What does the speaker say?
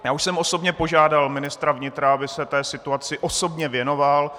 Já už jsem osobně požádal ministra vnitra, aby se té situaci osobně věnoval.